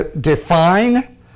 define